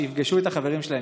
שיפגשו את החברים שלהם.